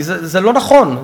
כי זה לא נכון,